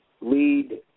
lead